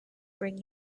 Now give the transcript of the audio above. bring